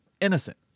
innocent